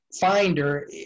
Finder